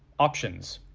options.